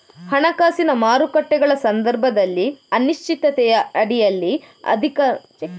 ಹಣಕಾಸಿನ ಮಾರುಕಟ್ಟೆಗಳ ಸಂದರ್ಭದಲ್ಲಿ ಅನಿಶ್ಚಿತತೆಯ ಅಡಿಯಲ್ಲಿ ನಿರ್ಧಾರವನ್ನು ಕೇಂದ್ರೀಕರಿಸುತ್ತದೆ